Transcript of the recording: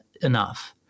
enough